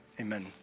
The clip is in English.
Amen